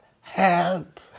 help